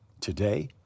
today